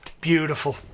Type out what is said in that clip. beautiful